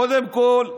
קודם כול,